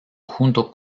junto